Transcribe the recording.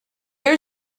are